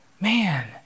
Man